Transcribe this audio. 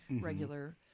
regular